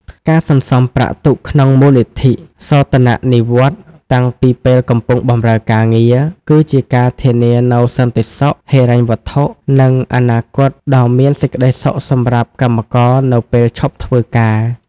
ការសន្សំប្រាក់ទុកក្នុងមូលនិធិសោធននិវត្តន៍តាំងពីពេលកំពុងបម្រើការងារ គឺជាការធានានូវសន្តិសុខហិរញ្ញវត្ថុ និងអនាគតដ៏មានសេចក្តីសុខសម្រាប់កម្មករនៅពេលឈប់ធ្វើការ។